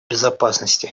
безопасности